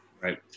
Right